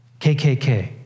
KKK